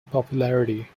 popularity